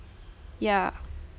ya